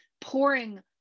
pouring